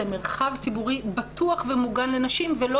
זה מרחב ציבורי בטוח ומוגן לנשים ולא